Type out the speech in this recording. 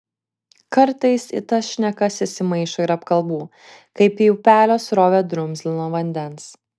kartais į tas šnekas įsimaišo ir apkalbų kaip į upelio srovę drumzlino vandens